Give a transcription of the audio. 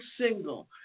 single